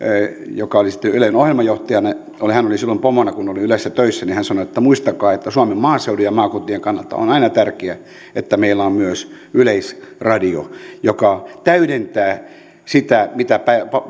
joka oli sitten ylen ohjelmajohtajana hän oli silloin pomona kun olin ylessä töissä sanoi että muistakaa että suomen maaseudun ja maakuntien kannalta on aina tärkeää että meillä on myös yleisradio joka täydentää sitä mitä